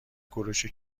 کوروش